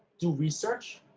do research